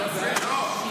נכון.